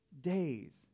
days